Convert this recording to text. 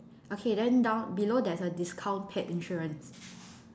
okay then down below there's a discount pet insurance